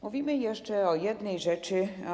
Mówimy jeszcze o jednej rzeczy.